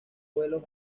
vuelos